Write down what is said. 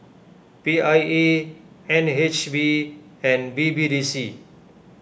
P I E N H B and B B D C